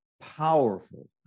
powerful